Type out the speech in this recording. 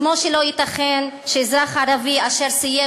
כמו שלא ייתכן שאזרח ערבי אשר סיים